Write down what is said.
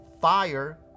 Fire